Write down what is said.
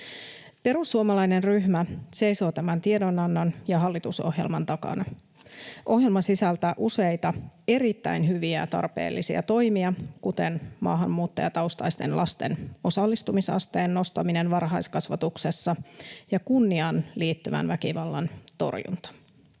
Perussuomalainen ryhmä seisoo tämän tiedonannon ja hallitusohjelman takana. Ohjelma sisältää useita erittäin hyviä ja tarpeellisia toimia, kuten maahanmuuttajataustaisten lasten osallistumisasteen nostamisen varhaiskasvatuksessa ja kunniaan liittyvän väkivallan torjunnan.